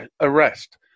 arrest